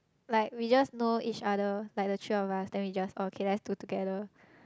like we just know each other like the three of us then we just okay let's do together